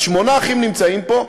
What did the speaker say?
אז שמונה אחים נמצאים פה,